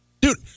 Dude